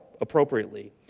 appropriately